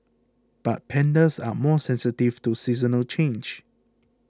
but pandas are more sensitive to seasonal changes